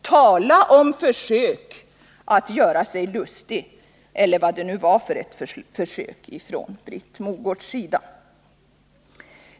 Tala om försök att göra sig lustig, eller vad nu Britt Mogård försökte göra.